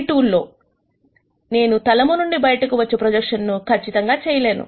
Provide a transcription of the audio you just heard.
ఈ టూల్ లో నేను తలము నుండి బయటకు వచ్చు ప్రొజెక్షన్ ను ఖచ్చితంగా చేయలేను